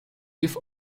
give